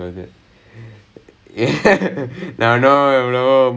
is okay lah is okay